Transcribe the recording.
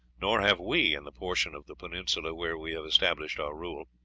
nor have we in the portion of the peninsula where we have established our rule.